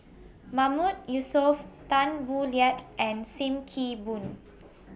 Mahmood Yusof Tan Boo Liat and SIM Kee Boon